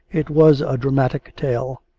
it was a dramatic tale